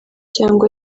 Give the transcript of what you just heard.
cyangwa